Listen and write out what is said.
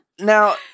Now